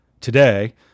Today